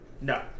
No